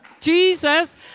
Jesus